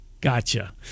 Gotcha